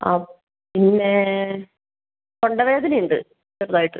ആ പിന്നെ തൊണ്ടവേദന ഉണ്ട് ചെറുതായിട്ട്